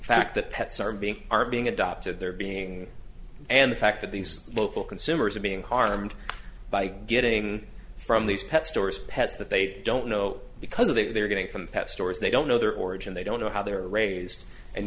fact that pets are being are being adopted they're being and the fact that these local consumers are being harmed by getting from these pet stores pets that they don't know because they're getting from pet stores they don't know their origin they don't know how they're raised and